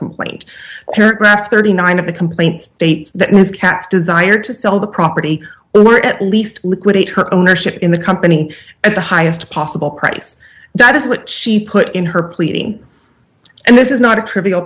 complaint paragraph thirty nine of the complaint states that ms katz desired to sell the property or at least liquidate her ownership in the company at the highest possible price that is what she put in her pleading and this is not a trivial